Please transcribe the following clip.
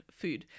food